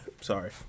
Sorry